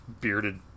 bearded